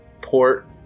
port